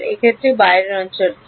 এক্ষেত্রে বাইরের অঞ্চল কী